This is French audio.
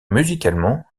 musicalement